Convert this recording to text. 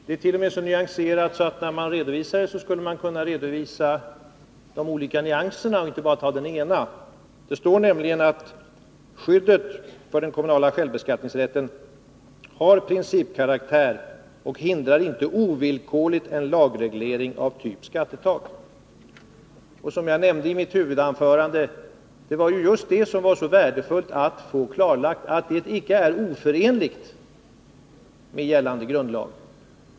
Det är t.o.m. så nyanserat att man, när man redovisar det, skulle kunna redovisa även de olika nyanserna. Det står nämligen att skyddet för den kommunala självbeskattningsrätten har principkaraktär och inte ovillkorligt hindrar en lagreglering av typ ”skattetak”. Det värdefulla är, som jag sade i mitt huvudanförande, att just få klarlagt att ett skattetak icke är oförenligt med gällande grundlag.